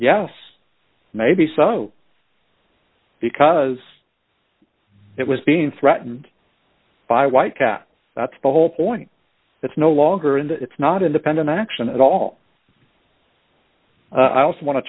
yes maybe so because it was being threatened by white cat that's the whole point it's no longer and it's not independent action at all i also wan